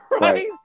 Right